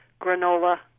granola